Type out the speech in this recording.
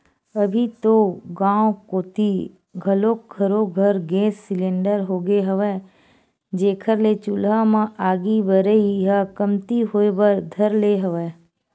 अभी तो गाँव कोती घलोक घरो घर गेंस सिलेंडर होगे हवय, जेखर ले चूल्हा म आगी बरई ह कमती होय बर धर ले हवय